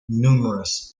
numerous